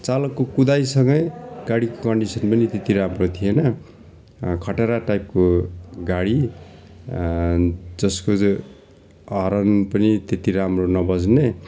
चालकको कुदाइसँगै गाडीको कन्डिसन पनि त्यति राम्रो थिएन खटेरा टाइपको गाडी जसको जो हरन पनि त्यति राम्रो नबज्ने